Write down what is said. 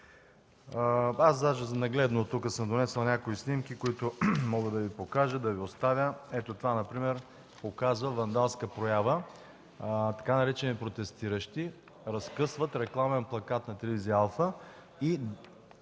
Аз даже нагледно тук съм донесъл някои снимки, които мога да Ви покажа, да Ви оставя. Ето, това например показва вандалска проява – така наречени „протестиращи” разкъсват рекламен плакат на телевизия „Алфа”,